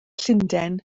llundain